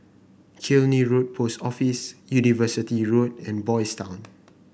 Killiney Road Post Office University Road and Boys' Town